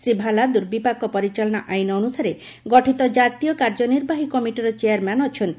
ଶ୍ରୀ ଭାଲା ଦୂର୍ବିପାକ ପରିଚାଳନା ଆଇନ ଅନ୍ଦସାରେ ଗଠିତ ଜାତୀୟ କାର୍ଯ୍ୟନିର୍ବାହୀ କମିଟିର ଚେୟାର୍ମ୍ୟାନ୍ ଅଛନ୍ତି